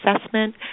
assessment